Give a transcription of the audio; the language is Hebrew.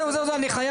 זהו, זהו, אני חייב.